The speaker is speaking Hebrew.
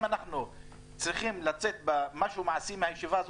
אם אנחנו צריכים לצאת עם משהו מעשי מהישיבה הזאת,